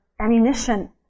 ammunition